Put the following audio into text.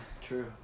true